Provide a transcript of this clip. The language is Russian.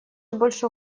больше